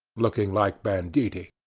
looking like banditti.